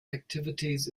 activities